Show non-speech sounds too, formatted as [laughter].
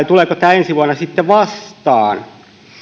[unintelligible] tuleeko tämä ensi vuonna sitten vastaan